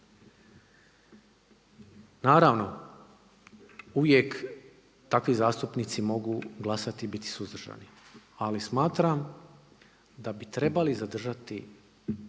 Naravno, uvijek takvi zastupnici mogu glasati i biti suzdržani ali smatram da bi trebali zadržati